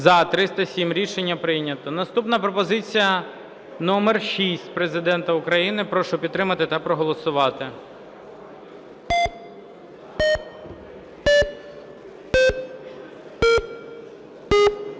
За-307 Рішення прийнято. Наступна пропозиція номер 6 Президента України. Прошу підтримати та проголосувати.